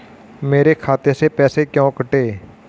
मेरे खाते से पैसे क्यों कटे?